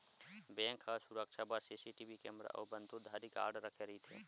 bank ह सुरक्छा बर सीसीटीवी केमरा अउ बंदूकधारी गार्ड राखे रहिथे